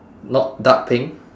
not dark pink